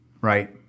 right